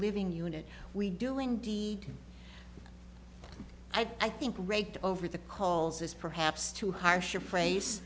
living unit we do indeed i think raked over the coals is perhaps too harsh a phrase